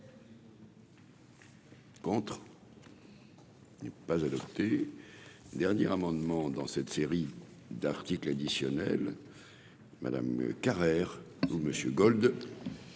Contre n'est pas adopté. Dernière amendement dans cette série d'articles additionnels Madame Carrère vous Monsieur